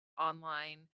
online